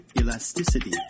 Elasticity